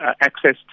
access